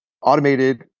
automated